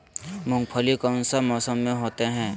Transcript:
मूंगफली कौन सा मौसम में होते हैं?